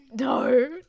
No